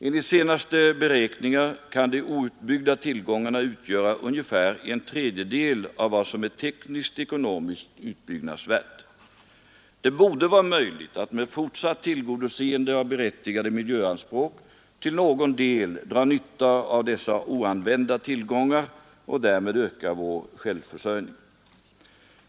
Enligt senaste beräkningar kan de outbyggda tillgångarna utgöra ungefär en tredjedel av vad som är tekniskt-ekonomiskt utbyggnadsvärt. Det borde vara möjligt att med fortsatt tillgodoseende av berättigade miljöanspråk till någon del dra nytta av dessa oanvända tillgångar och därmed öka vår självförsörjning.